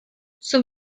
zum